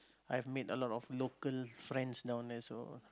I've made a lot of local friends down there so